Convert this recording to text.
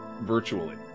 virtually